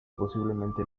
posiblemente